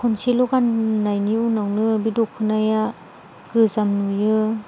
खनसेल' गाननायनि उनावनो बे दख'नाया गोजाम नुयो